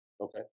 Okay